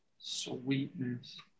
Sweetness